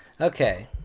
Okay